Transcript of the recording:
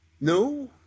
No